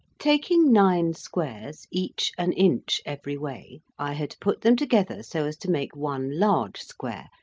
taking nine squares, each an inch every way, i had put them together so as to make one large square,